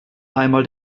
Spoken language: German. einmal